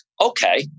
okay